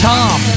Tom